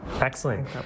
Excellent